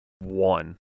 one